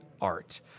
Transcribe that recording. art